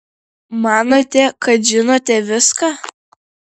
manote kad žinote viską